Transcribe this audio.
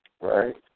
Right